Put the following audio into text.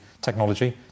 technology